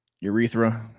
urethra